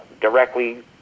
directly